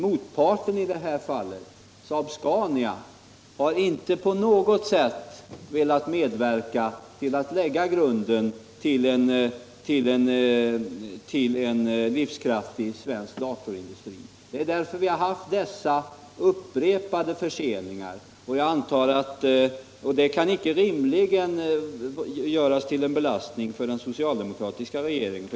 Motbarten i det här fallet, SAAB SCANIA, har inte på något sätt velat medverka till att lägga grunden för en livskraftig svensk datorindustri. Det är därför som vi har haft dessa upprepade förseningar. Det kan icke rimligtvis göras till en belastning för den socialdemokratiska regeringen.